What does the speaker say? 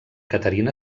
caterina